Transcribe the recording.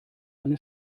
eine